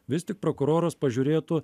vis tik prokuroras pažiūrėtų